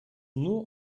nur